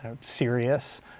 serious